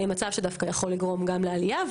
מצב שיכול להיות דווקא גם לעלייה.